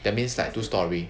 that means like two story